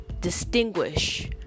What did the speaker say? distinguish